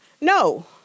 no